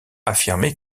affirmé